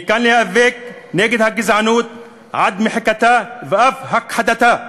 אני כאן כדי להיאבק נגד הגזענות עד מחיקתה ואף הכחדתה,